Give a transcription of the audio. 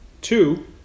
Two